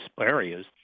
areas